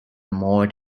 moat